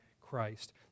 Christ